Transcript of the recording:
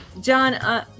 John